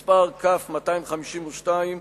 כ/252,